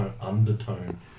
undertone